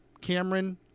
Cameron